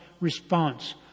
response